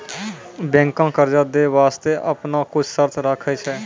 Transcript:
बैंकें कर्जा दै बास्ते आपनो कुछ शर्त राखै छै